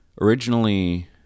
Originally